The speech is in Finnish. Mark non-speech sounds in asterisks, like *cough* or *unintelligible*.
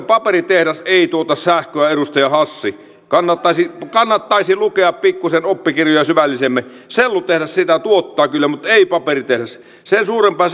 *unintelligible* paperitehdas ei tuota sähköä edustaja hassi kannattaisi kannattaisi lukea oppikirjoja pikkuisen syvällisemmin sellutehdas sitä tuottaa kyllä mutta ei paperitehdas sen suurempaa *unintelligible*